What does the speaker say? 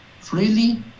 freely